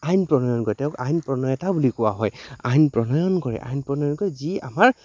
আইন প্ৰণয়ন কৰে তেওঁক আইন প্ৰণয়তা বুলি কোৱা হয় আইন প্ৰণয়ন কৰে আইন প্ৰণয়ন কৰে যি আমাৰ